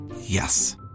Yes